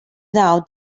now